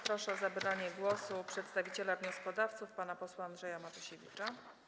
Proszę o zabranie głosu przedstawiciela wnioskodawców pana posła Andrzeja Matusiewicza.